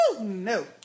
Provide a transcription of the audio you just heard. No